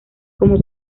como